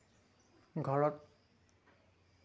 ঘৰত